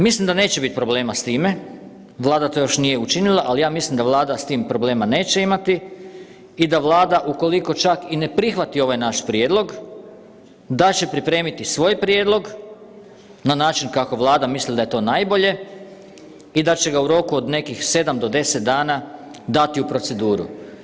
Mislim da neće biti problema s time, Vlada to još nije učinila, ali ja mislim da Vlada s tim problema neće imati i da Vlada ukoliko čak i ne prihvati ovaj naš prijedlog, da će pripremiti svoj prijedlog na način kako Vlada misli da je to najbolje i da će ga u roku od nekih 7 do 10 dana dati u proceduru.